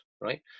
right